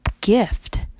gift